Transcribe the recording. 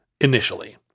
Initially